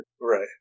Right